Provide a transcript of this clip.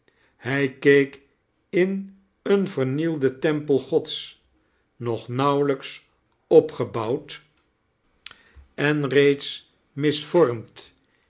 hij keek in een vernielden tempel gods nog nauwelijks opgobouwd en kerstvertellingen reeds misvormd